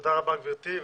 תודה רבה, גבירתי.